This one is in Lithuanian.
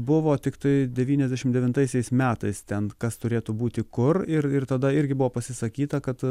buvo tiktai devyniasdešimt devintaisiais metais ten kas turėtų būti kur ir ir tada irgi buvo pasisakyta kad